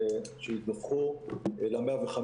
שידווחו ל-105.